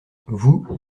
vous